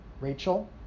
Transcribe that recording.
Rachel